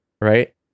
right